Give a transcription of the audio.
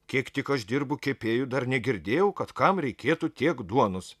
kiek tik aš dirbu kepėju dar negirdėjau kad kam reikėtų tiek duonos